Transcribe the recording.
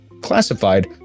Classified